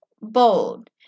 bold